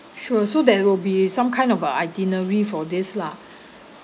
sure so there will be some kind of a itinerary for this lah